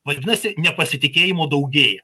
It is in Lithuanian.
vadinasi nepasitikėjimo daugėja